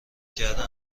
کردن